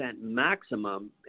maximum